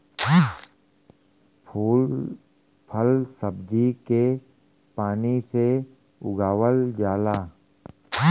फूल फल सब्जी के पानी से उगावल जाला